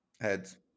Heads